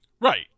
Right